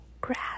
grass